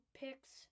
picks